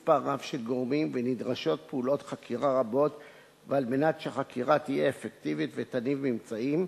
3. מה ייעשה כדי שמח"ש תעמוד בנהלים המוכתבים לו?